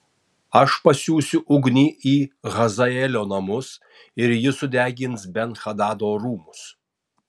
aš pasiųsiu ugnį į hazaelio namus ir ji sudegins ben hadado rūmus